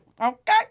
okay